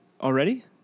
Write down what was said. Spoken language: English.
Already